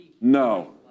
no